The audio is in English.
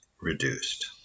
reduced